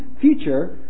future